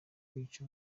kwica